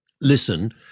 listen